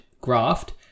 graft